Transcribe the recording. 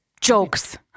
jokes